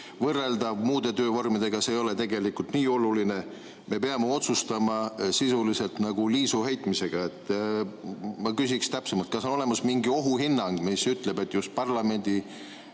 võrreldav muude töövormidega, see ei ole tegelikult nii oluline. Me peame otsustama sisuliselt nagu liisuheitmisega. Ma küsin täpsemalt: kas on olemas mingi ohuhinnang, mis ütleb, et just parlamendi